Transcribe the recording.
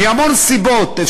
מהמון סיבות,